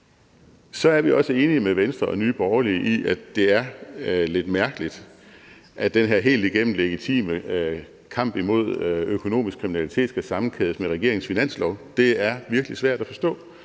Så er vi også enige med Venstre og Nye Borgerlige i, at det er lidt mærkeligt, at den her helt igennem legitime kamp imod økonomisk kriminalitet skal sammenkædes med regeringens finanslov. Det er virkelig svært at forstå,